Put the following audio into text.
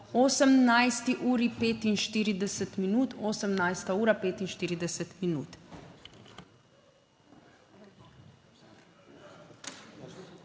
18.45.)